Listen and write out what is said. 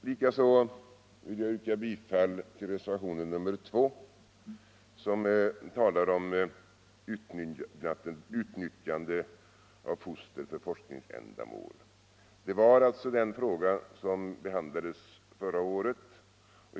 Likaså vill jag yrka bifall till reservationen 2, som talar om utnyttjande av foster för forskningsändamål. Det är alltså den fråga som behandlades förra året.